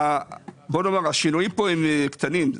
השינויים כאן קטנים.